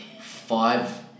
five